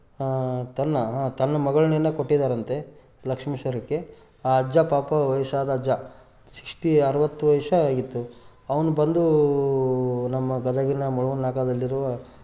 ತನ್ನ ತನ್ನ ಮಗಳನ್ನೇನೆ ಕೊಟ್ಟಿದ್ದಾರಂತೆ ಲಕ್ಷ್ಮೀಶ್ವರಕ್ಕೆ ಆ ಅಜ್ಜ ಪಾಪ ವಯಸ್ಸಾದ ಅಜ್ಜ ಸಿಕ್ಸ್ಟಿ ಅರವತ್ತು ವಯಸ್ಸು ಆಗಿತ್ತು ಅವನು ಬಂದು ನಮ್ಮ ಗದಗಿನ ಮುಲ್ವನ್ ನಾಗದಲ್ಲಿರುವ